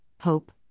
hope